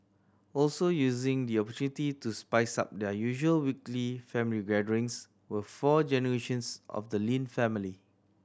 also using the opportunity to spice up their usual weekly family gatherings were four generations of the Lin family